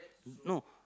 no